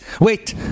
wait